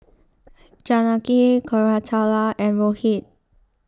Janaki Koratala and Rohit